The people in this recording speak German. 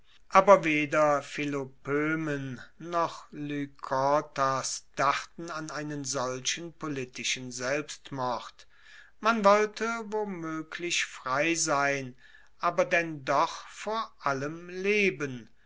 aber weder philopoemen noch lykortas dachten an einen solchen politischen selbstmord man wollte womoeglich frei sein aber denn doch vor allem leben